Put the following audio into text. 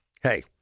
Hey